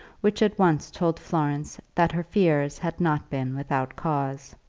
which at once told florence that her fears had not been without cause.